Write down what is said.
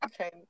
okay